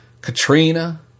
Katrina